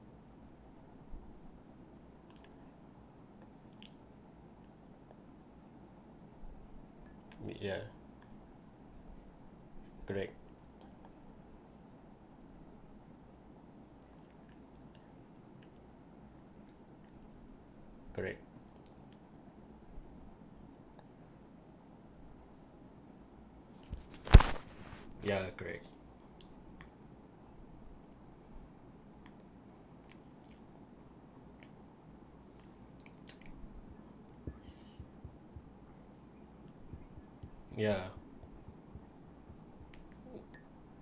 mm yeah correct correct yeah correct yeah